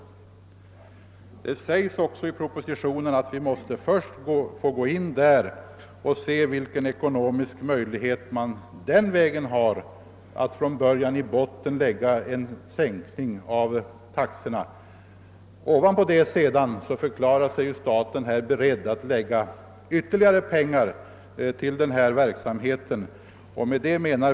Det sägs också i propositionen att vi först måste se vilka ekonomiska möjligheter man den vägen har att sänka taxorna. Bidraget till SJ utgår för en redan tidigare olönsam trafik.